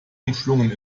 umschlungen